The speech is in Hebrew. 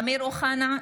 (קוראת בשמות חברי הכנסת) אמיר אוחנה,